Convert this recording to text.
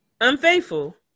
unfaithful